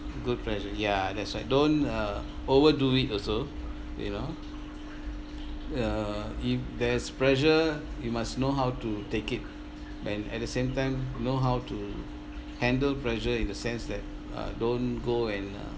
good pressure ya that's right don't uh overdo it also you know uh if there's pressure we must know how to take it and at the same time know how to handle pressure in the sense that uh don't go and uh